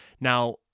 Now